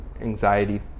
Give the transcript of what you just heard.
anxiety